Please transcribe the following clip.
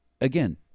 again